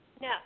No